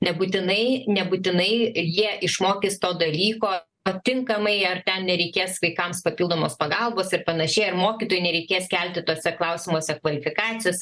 nebūtinai nebūtinai jie išmokys to dalyko ar tinkamai ar ten nereikės vaikams papildomos pagalbos ir panašiai ar mokytojui nereikės kelti tuose klausimuose kvalifikacijos